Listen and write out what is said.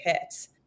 hits